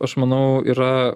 aš manau yra